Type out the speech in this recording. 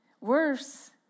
worse